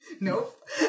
Nope